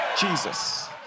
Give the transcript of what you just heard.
Jesus